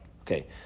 Okay